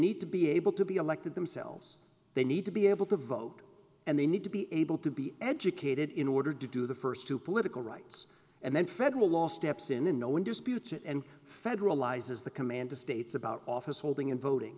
need to be able to be elected themselves they need to be able to vote and they need to be able to be educated in order to do the st two political rights and then federal law steps in and no one disputes it and federalize as the commander states about office holding and voting